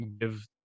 give